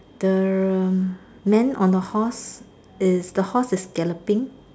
the man on the horse is the horse is galloping